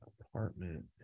apartment